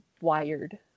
wired